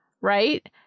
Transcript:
right